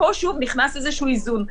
פה שוב נכנס איזשהו איזון,